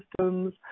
systems